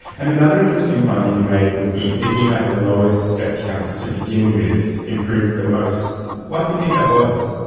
and another interesting finding you made was that the people who had the lowest step counts to begin with improved the most. why do you think that was?